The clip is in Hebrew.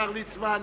השר ליצמן,